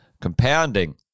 Compounding